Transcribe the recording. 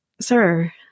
Sir